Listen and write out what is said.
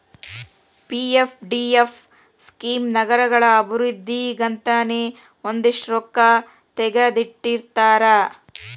PFDF scheme ನಗರಗಳ ಅಭಿವೃದ್ಧಿಗಂತನೇ ಒಂದಷ್ಟ್ ರೊಕ್ಕಾ ತೆಗದಿಟ್ಟಿರ್ತಾರ